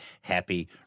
happy